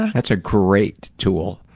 that's a great tool.